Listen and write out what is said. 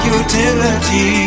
utility